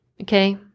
okay